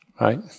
Right